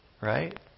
Right